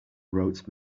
wrote